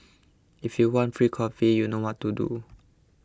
if you want free coffee you know what to do